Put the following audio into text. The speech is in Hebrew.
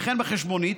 וכן בחשבונית,